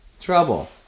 Trouble